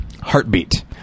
Heartbeat